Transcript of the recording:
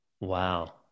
Wow